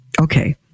Okay